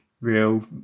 real